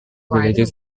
villages